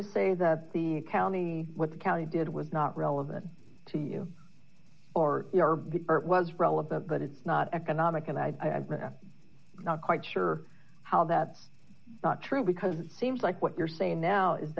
to say that the accounting what the county did was not relevant to you or your art was relevant but it's not economic and i've not quite sure how that's not true because it seems like what you're saying now is